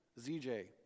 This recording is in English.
ZJ